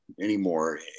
anymore